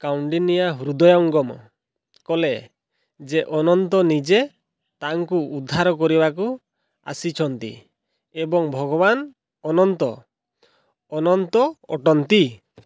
କାଉଣ୍ଡିନିଆ ହୃଦୟଙ୍ଗମ କଲେ ଯେ ଅନନ୍ତ ନିଜେ ତାଙ୍କୁ ଉଦ୍ଧାର କରିବାକୁ ଆସିଛନ୍ତି ଏବଂ ଭଗବାନ ଅନନ୍ତ ଅନନ୍ତ ଅଟନ୍ତି